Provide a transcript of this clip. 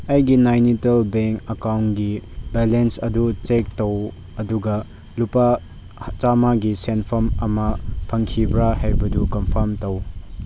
ꯑꯩꯒꯤ ꯅꯥꯏꯅꯤꯇꯜ ꯕꯦꯡꯛ ꯑꯦꯛꯀꯥꯎꯟꯀꯤ ꯕꯦꯂꯦꯟꯁ ꯑꯗꯨ ꯆꯦꯛ ꯇꯧ ꯑꯗꯨꯒ ꯂꯨꯄꯥ ꯆꯥꯝꯃꯒꯤ ꯁꯦꯟꯐꯝ ꯑꯃ ꯐꯪꯈꯤꯕ꯭ꯔꯥ ꯍꯥꯏꯕꯗꯨ ꯀꯟꯐꯥꯝ ꯇꯧ